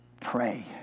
pray